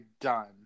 done